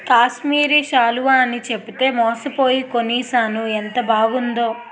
కాశ్మీరి శాలువ అని చెప్పితే మోసపోయి కొనీనాను ఎంత బాదగుందో